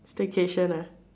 staycation ah